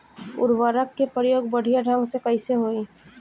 उर्वरक क प्रयोग बढ़िया ढंग से कईसे होई?